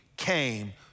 came